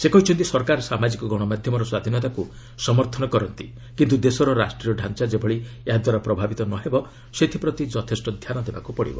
ମନ୍ତ୍ରୀ କହିଛନ୍ତି ସରକାର ସାମାଜିକ ଗଣମାଧ୍ୟମର ସ୍ୱାଧୀନତାକୁ ସମର୍ଥନ କରନ୍ତି କିନ୍ତୁ ଦେଶର ରାଷ୍ଟ୍ରୀୟ ତାଞ୍ଚା ଯେଭଳି ଏହାଦ୍ୱାରା ପ୍ରଭାବିତ ନ ହୁଏ ସେଥ୍ଟପ୍ରତି ଯଥେଷ୍ଟ ଧ୍ୟାନ ଦେବାକୁ ହେବ